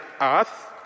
Earth